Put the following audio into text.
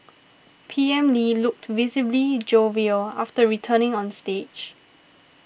P M Lee looked visibly jovial after returning on stage